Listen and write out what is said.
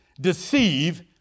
deceive